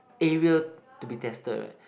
area to be tested right